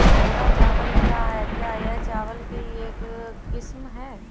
भूरा चावल क्या है? क्या यह चावल की एक किस्म है?